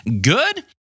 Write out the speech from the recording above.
good